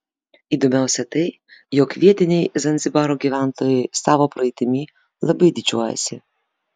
įdomiausia tai jog vietiniai zanzibaro gyventojai savo praeitimi labai didžiuojasi